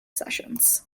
sessions